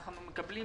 אנחנו מקבלים